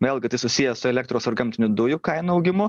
vėlgi tai susiję su elektros ar gamtinių dujų kainų augimu